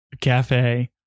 cafe